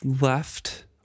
left